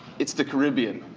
it's the caribbean.